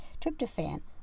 tryptophan